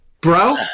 Bro